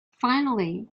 finally